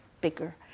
bigger